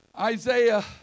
Isaiah